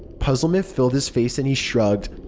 puzzlement filled his face and he shrugged.